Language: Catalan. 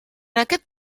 aquest